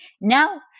Now